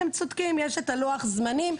אתם צודקים יש את לוח הזמנים,